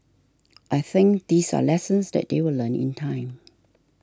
I think these are lessons that they will learn in time